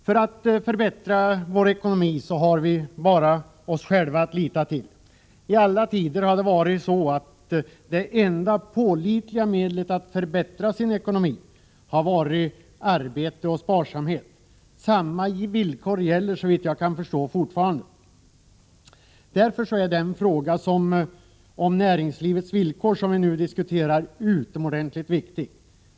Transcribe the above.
För att förbättra vår ekonomi har vi bara oss själva att lita till. I alla tider har det varit så att det enda pålitliga medlet att förbättra sin ekonomi har varit arbete och sparsamhet. Samma villkor gäller såvitt jag kan förstå fortfarande. Därför är den fråga, om näringslivets villkor, som vi nu diskuterar utomordentligt viktig.